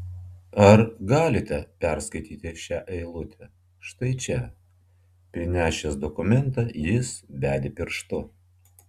ar galite perskaityti šią eilutę štai čia prinešęs dokumentą jis bedė pirštu